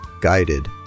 guided